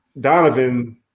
Donovan